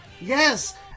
Yes